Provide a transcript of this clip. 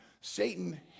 Satan